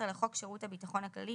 בסעיף 15 לחוק שירות הביטחון הכללי,